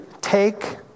Take